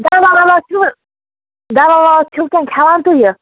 دوا ووا چھُوٕ دوا ووا چھِو تُہۍ کھٮ۪وان تُہۍ یہِ